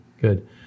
good